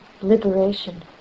liberation